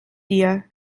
dir